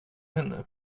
henne